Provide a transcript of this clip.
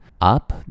up